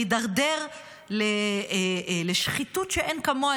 להידרדר לשחיתות שאין כמוה,